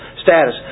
status